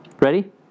ready